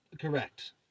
Correct